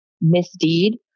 misdeed